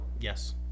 Yes